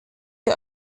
der